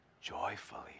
joyfully